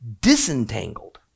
disentangled